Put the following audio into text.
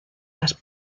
las